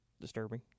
disturbing